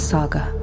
Saga